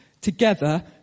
together